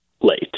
late